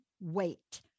wait